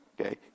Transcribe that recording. Okay